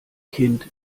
kind